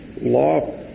law